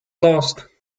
lost